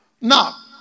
Now